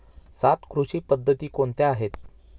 सात कृषी पद्धती कोणत्या आहेत?